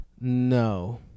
No